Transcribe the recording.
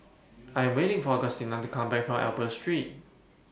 I Am waiting For Augustina to Come Back from Albert Street